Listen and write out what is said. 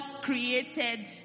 created